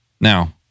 Now